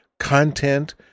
content